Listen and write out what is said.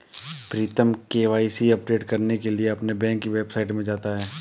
प्रीतम KYC update करने के लिए अपने बैंक की वेबसाइट में जाता है